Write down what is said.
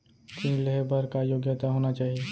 ऋण लेहे बर का योग्यता होना चाही?